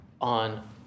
on